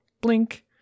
blink